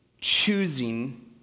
choosing